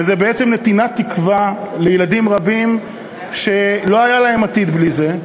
וזו בעצם נתינת תקווה לילדים רבים שלא היה להם עתיד בלי זה.